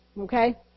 okay